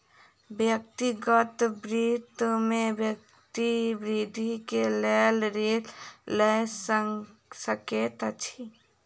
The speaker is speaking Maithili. व्यक्तिगत वित्त में व्यक्ति वृद्धि के लेल ऋण लय सकैत अछि